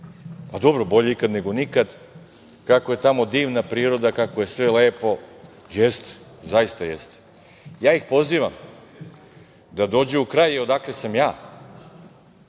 njivu, bolje ikad nego nikad, kako je tamo divna priroda, kako je sve lepo. Jeste, zaista jeste. Ja ih pozivam da dođu u kraj odakle sam ja.